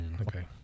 Okay